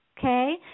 Okay